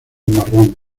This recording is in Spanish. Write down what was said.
marrón